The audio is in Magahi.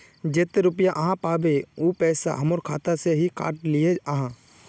जयते रुपया आहाँ पाबे है उ पैसा हमर खाता से हि काट लिये आहाँ?